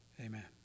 Amen